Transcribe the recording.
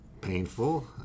painful